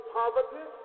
poverty